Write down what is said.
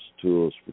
tools